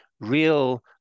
real